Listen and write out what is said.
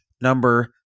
number